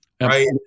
right